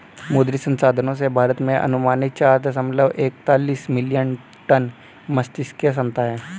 मुद्री संसाधनों से, भारत में अनुमानित चार दशमलव एकतालिश मिलियन टन मात्स्यिकी क्षमता है